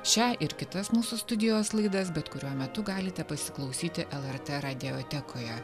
šią ir kitas mūsų studijos laidas bet kuriuo metu galite pasiklausyti lrt radiotekoje